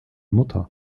mutter